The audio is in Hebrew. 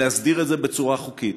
להסדיר את זה בצורה חוקית.